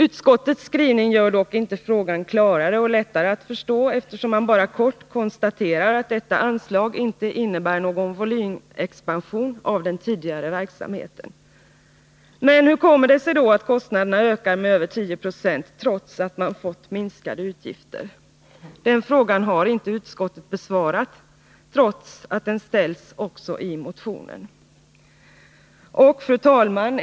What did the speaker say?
Utskottets skrivning gör dock inte frågan klarare och lättare att förstå, eftersom utskottet bara kort konstaterar att detta anslag inte innebär någon volymexpansion av den tidigare verksamheten. Men hur kommer det sig då att kostnaderna ökar med över 10 20, trots minskade utgifter? Den frågan har inte utskottet besvarat, trots att den ställs också i motionen. Herr talman!